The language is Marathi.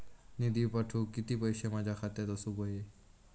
निधी पाठवुक किती पैशे माझ्या खात्यात असुक व्हाये?